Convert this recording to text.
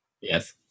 yes